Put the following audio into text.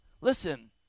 listen